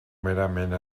merament